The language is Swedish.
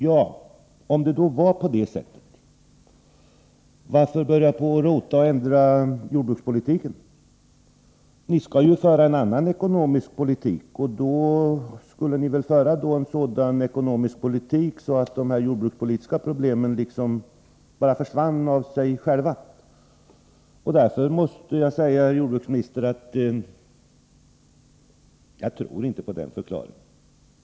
Ja, om det var på det sättet, varför börja på att rota och ändra jordbrukspolitiken? Ni skall ju föra en annan ekonomisk politik, och den skall väl då leda till att jordbrukets problem liksom bara försvinner av sig själva. Därför måste jag säga, herr jordbruksminister, att jag tror inte på den förklaringen.